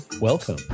welcome